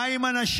מה עם הנשים?